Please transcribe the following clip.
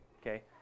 okay